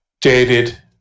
dated